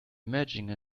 imagine